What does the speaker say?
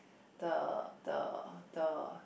the the the